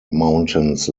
mountains